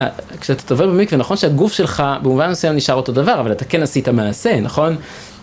כשאתה טובל במקווה נכון שהגוף שלך במובן מסוים נשאר אותו דבר אבל אתה כן עשית מעשה נכון.